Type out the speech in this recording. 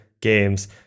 games